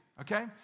okay